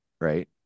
right